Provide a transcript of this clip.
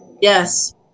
Yes